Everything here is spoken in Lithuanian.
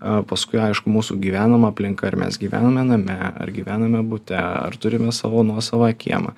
a paskui aišku mūsų gyvenama aplinka ar mes gyvename name ar gyvename bute ar turime savo nuosavą kiemą